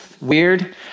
weird